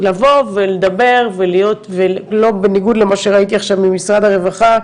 לבוא ולדבר ובניגוד למה שראיתי עכשיו ממשרד הרווחה,